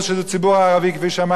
כפי שאמר חבר הכנסת זחאלקה,